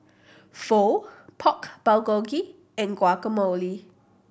Pho Pork Bulgogi and Guacamole